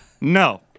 No